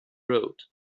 road